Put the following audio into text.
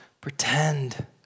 pretend